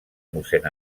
mossèn